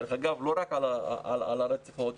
דרך אגב, לא רק על הרצף האוטיסטי.